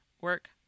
work